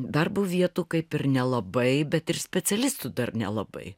darbo vietų kaip ir nelabai bet ir specialistų dar nelabai